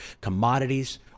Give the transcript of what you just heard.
commodities